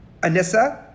Anissa